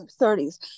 30s